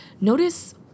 Notice